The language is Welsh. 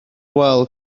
wal